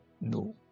No